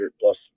plus